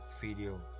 video